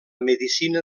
medicina